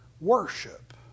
worship